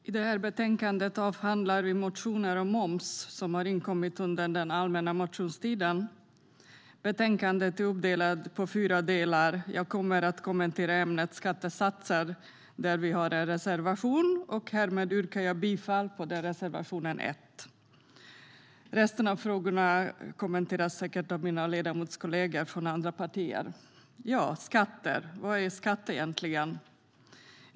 Herr talman! I betänkandet avhandlar vi motioner om moms som har inkommit under den allmänna motionstiden. Betänkandet är uppdelat i fyra delar. Jag kommer att kommentera ämnet skattesatser, där vi har en reservation. Härmed yrkar jag bifall till reservation 1. Resten av frågorna kommenteras säkert av mina ledamotskollegor från andra partier. Ja, skatter - vad är skatt egentligen?